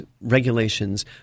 regulations